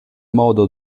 modo